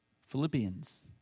Philippians